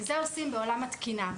את זה עושים בעולם התקינה,